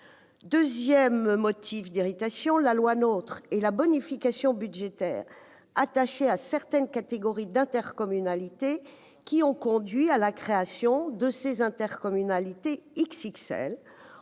démographiques, et la loi NOTRe et la bonification budgétaire attachée à certaines catégories d'intercommunalité, qui ont conduit à la création d'intercommunalités « XXL